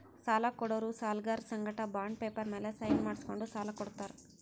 ಸಾಲ ಕೊಡೋರು ಸಾಲ್ಗರರ್ ಸಂಗಟ ಬಾಂಡ್ ಪೇಪರ್ ಮ್ಯಾಲ್ ಸೈನ್ ಮಾಡ್ಸ್ಕೊಂಡು ಸಾಲ ಕೊಡ್ತಾರ್